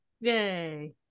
yay